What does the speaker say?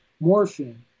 morphine